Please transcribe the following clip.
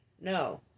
No